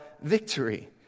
victory